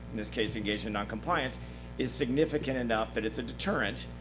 in this case, engaged in noncompliance is significant enough that it's a deterrent.